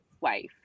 wife